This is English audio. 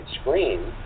screen